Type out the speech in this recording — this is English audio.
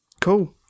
Cool